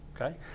okay